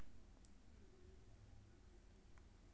करिया चना एकटा छोट सन गहींर भूरा रंग के दलहनी फसल छियै